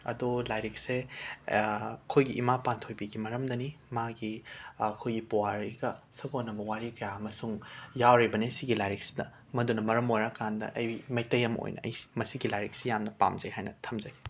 ꯑꯗꯣ ꯂꯥꯏꯔꯤꯛꯁꯦ ꯑꯩꯈꯣꯏꯒꯤ ꯏꯃꯥ ꯄꯥꯟꯊꯣꯏꯕꯤꯒꯤ ꯃꯔꯝꯗꯅꯤ ꯃꯥꯒꯤ ꯑꯩꯈꯣꯏꯒꯤ ꯄꯨꯋꯥꯔꯤꯒ ꯁꯥꯒꯣꯟꯅꯕ ꯋꯥꯔꯤ ꯀ꯭ꯌꯥꯃꯁꯨꯡ ꯌꯥꯎꯔꯤꯕꯅꯤ ꯃꯁꯤꯒꯤ ꯂꯥꯏꯔꯤꯛꯁꯤꯗ ꯃꯗꯨꯅ ꯃꯔꯝ ꯑꯣꯏꯔꯀꯥꯟꯗ ꯑꯩ ꯃꯩꯇꯩ ꯑꯃ ꯑꯣꯏꯅ ꯑꯩ ꯃꯁꯤꯒꯤ ꯂꯥꯏꯔꯤꯛꯁꯤ ꯌꯥꯝꯅ ꯄꯥꯝꯖꯩ ꯍꯥꯏꯅ ꯊꯝꯖꯒꯦ